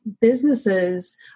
businesses